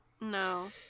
no